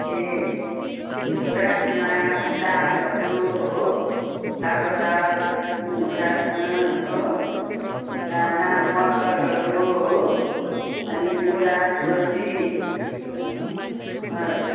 ए राजमा दालहरू हो कालो दाल राजमा हो चना मटरहरू हो अनि मुला छुर्पी हो